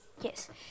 yes